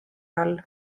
all